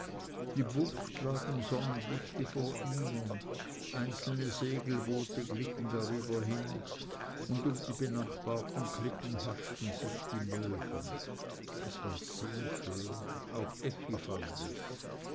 die bucht lag im sonnenlicht vor ihnen einzelne segelboote glitten darüber hin und um die benachbarten klippen haschten sich die möwen es war sehr schön auch effi fand es